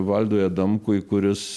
valdui adamkui kuris